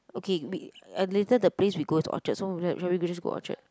okay we uh later the place we go is Orchard so shall shall we just go Orchard